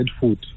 food